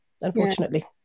Unfortunately